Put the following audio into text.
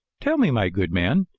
tell me, my good man,